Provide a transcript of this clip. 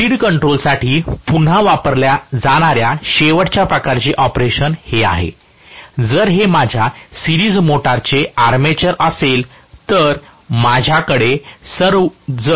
speed कंट्रोलसाठी पुन्हा वापरल्या जाणाऱ्या शेवटच्या प्रकारचे ऑपरेशन हे आहे जर हे माझ्या सिरीज मोटरचे आर्मेचर असेल तर माझ्याकडे सिरीज मध्ये किंवा पॅरलल मध्ये अनेक फील्ड कॉइल असू शकतात